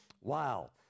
Wow